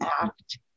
ACT